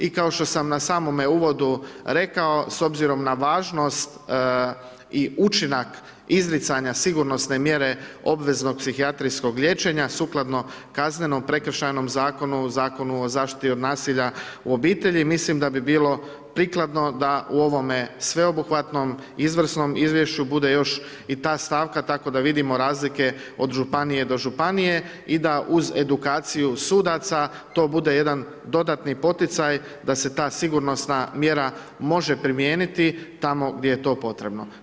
I kao što sam na samome uvodu rekao, s obzirom na važnost i učinak izricanja sigurnosne mjere obveznog psihijatrijskog liječenja sukladno kaznenom, prekršajnom zakonu, Zakonu o zaštiti od nasilja u obitelji, mislim da bi bilo prikladno da u ovome sveobuhvatnom, izvrsnom izvješću, bude još i ta stavka, tako da vidimo razlike od županije do županije i da uz edukaciju sudaca, to bude jedan dodatni poticaj, da se ta sigurnosna mjera može primijeniti tamo gdje je to potrebno.